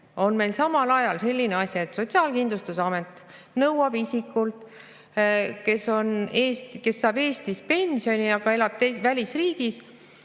on meil samal ajal selline asi, et Sotsiaalkindlustusamet nõuab isikult, kes saab Eesti pensioni, aga elab välisriigis,